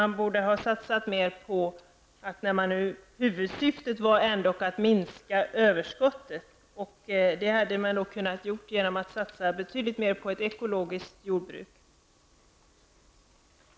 När huvudsyftet nu var att minska överskottet, tycker vi att man borde ha gjort det genom att satsa betydligt mer på ett ekologiskt jordbruk.